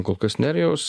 kol kas nerijaus